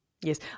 Yes